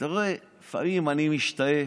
אתה רואה, לפעמים אני משתאה,